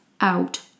out